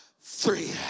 three